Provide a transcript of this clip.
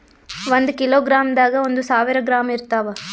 ಒಂದ್ ಕಿಲೋಗ್ರಾಂದಾಗ ಒಂದು ಸಾವಿರ ಗ್ರಾಂ ಇರತಾವ